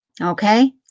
okay